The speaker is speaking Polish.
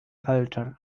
felczer